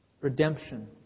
redemption